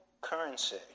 currency